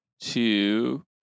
two